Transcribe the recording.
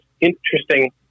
interesting